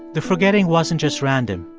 the forgetting wasn't just random.